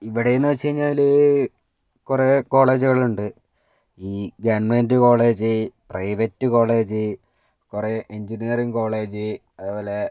ഇവിടെയെന്ന് വെച്ച് കഴിഞ്ഞാൽ കുറെ കോളേജ്കള്ണ്ട് ഈ ഗെവൺമെന്റ് കോളേജ് പ്രൈവറ്റ് കോളേജ് കുറെ എഞ്ചിനീയറിംഗ് കോളേജ് അതേപോലെ